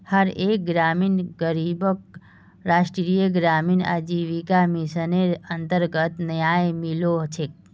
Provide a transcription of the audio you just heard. हर एक ग्रामीण गरीबक राष्ट्रीय ग्रामीण आजीविका मिशनेर अन्तर्गत न्याय मिलो छेक